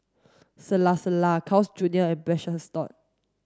Calacara Carl's Junior and Precious Thots